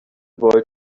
boy